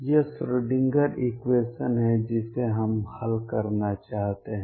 यह Schrodinger equation है जिसे हम हल करना चाहते हैं